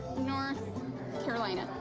north carolina.